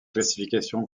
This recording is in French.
classification